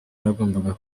nagombaga